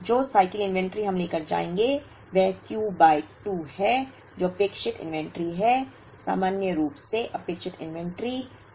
जो cycle inventory हम लेकर जाएंगे वह Q बाय 2 है जो अपेक्षित इन्वेंट्री है सामान्य रूप से अपेक्षित इन्वेंट्री Q बाय 2 है